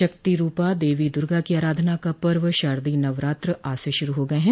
शक्ति रूपा देवी दुर्गा की अराधाना का पर्व शारदीय नवरात्र आज से शुरू हो गये हैं